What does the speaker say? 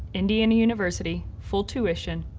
indiana university, full tuition,